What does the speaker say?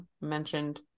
mentioned